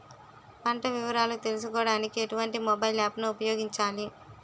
పంట వివరాలు తెలుసుకోడానికి ఎటువంటి మొబైల్ యాప్ ను ఉపయోగించాలి?